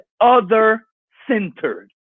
other-centered